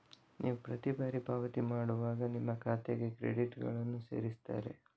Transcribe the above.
ನೀವು ಪ್ರತಿ ಬಾರಿ ಪಾವತಿ ಮಾಡುವಾಗ ನಿಮ್ಮ ಖಾತೆಗೆ ಕ್ರೆಡಿಟುಗಳನ್ನ ಸೇರಿಸ್ತಾರೆ